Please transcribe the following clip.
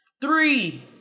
Three